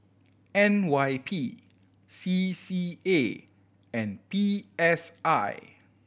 N Y P C C A and P S I